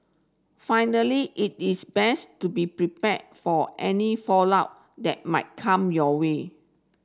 finally it is best to be prepared for any fallout that might come your way